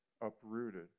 uprooted